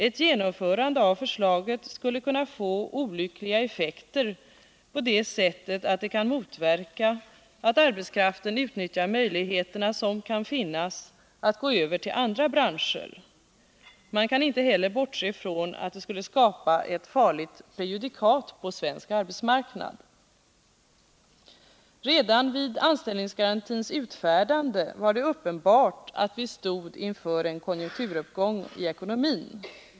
Ett genomförande av förslaget skulle kunna få olyckliga effekter på det sättet att det kan motverka att arbetskraften utnyttjar möjligheter som kan finnas att gå över till andra branscher. Man kan inte heller bortse från att det skulle skapa ett farligt prejudikat på svensk arbetsmarknad. Redan vid anställningsgarantins utfärdande var det uppenbart att vi stod inför en konjunkturuppgång i ekonomin.